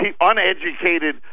uneducated